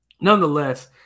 nonetheless